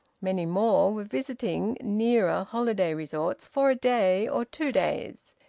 many more were visiting nearer holiday resorts for a day or two days.